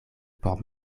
por